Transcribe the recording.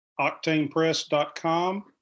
octanepress.com